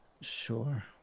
Sure